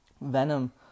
Venom